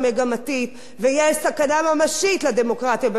ויש סכנה ממשית לדמוקרטיה במדינת ישראל.